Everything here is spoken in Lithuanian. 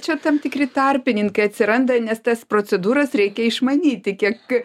čia tam tikri tarpininkai atsiranda nes tas procedūras reikia išmanyti kiek